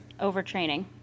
overtraining